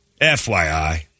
FYI